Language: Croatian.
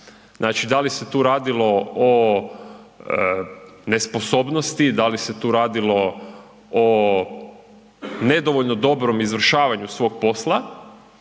znači da li se tu radilo o nesposobnosti, da li se tu radilo o nedovoljno dobrom izvršavanju svog posla,